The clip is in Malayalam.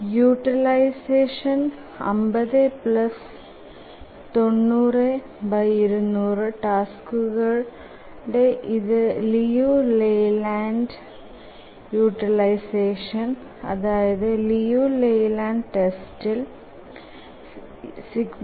യൂട്ടിലൈസഷൻ പരിശോധിക്കാൻ eipi ∑ui201003015090200 അതായത് ∑ui510600 0